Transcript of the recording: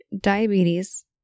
diabetes